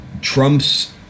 Trump's